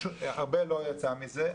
הרבה לא יצא מזה.